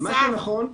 מה שנכון,